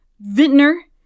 Vintner